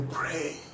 pray